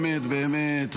באמת,